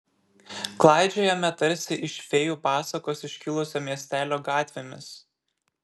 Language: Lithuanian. klaidžiojame tarsi iš fėjų pasakos iškilusio miestelio gatvėmis